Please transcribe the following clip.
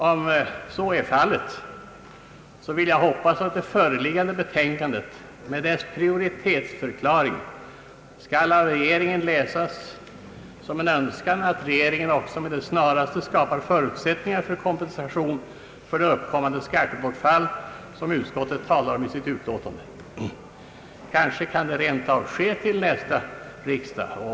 Om så är fallet vill jag hoppas att det föreliggande betänkandet med dess prioritetsförklaring skall av regeringen läsas som en önskan att regeringen med det snaraste skapar förutsättningar för kompensation för det uppkommande skattebortfall, varom utskottet talar i sitt utlåtande. Kanske kan det rentav ske till nästa riksdag.